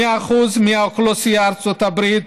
2% מאוכלוסיית ארצות הברית